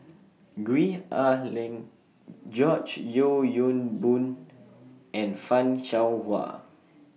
Gwee Ah Leng George Yeo Yong Boon and fan Shao Hua